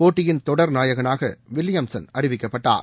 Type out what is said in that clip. போட்டியின் தொடர் நாயகனாக வில்லியம்ஸன் அறிவிக்கப்பட்டார்